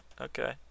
Okay